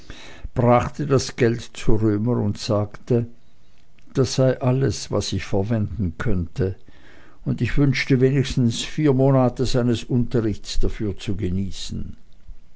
brachte das geld zu römer und sagte das sei alles was ich verwenden könnte und ich wünschte wenigstens vier monate seines unterrichtes dafür zu genießen